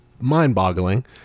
mind-boggling